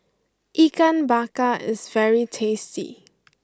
Ikan Bakar is very tasty